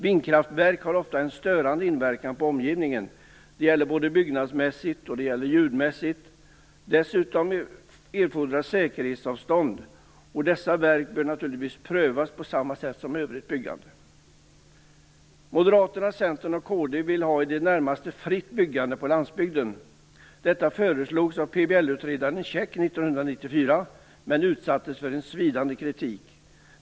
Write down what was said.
Vindkraftverk har ofta en störande inverkan på omgivningen. Det gäller både byggnadsmässigt och ljudmässigt. Dessutom erfordras säkerhetsavstånd. Dessa verk bör naturligtvis prövas på samma sätt som övrigt byggande. Moderaterna, Centern och Kristdemokraterna vill ha ett i det närmaste fritt byggande på landsbygden. Det föreslogs också 1994 av PBL-utredaren Käck, men det utsattes för svidande kritik.